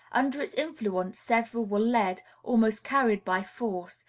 under its influence several were led, almost carried by force,